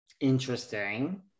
Interesting